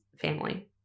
family